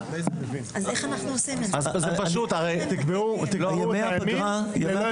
מספיק --- תקבעו 180 יום ללא ימי פגרה.